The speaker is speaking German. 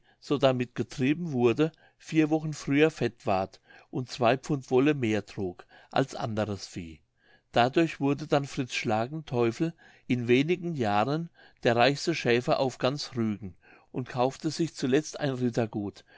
so damit getrieben wurde vier wochen früher fett ward und zwei pfund wolle mehr trug als anderes vieh dadurch wurde denn fritz schlagenteufel in wenig jahren der reichste schäfer auf ganz rügen und kaufte sich zuletzt ein rittergut